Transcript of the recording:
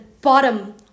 bottom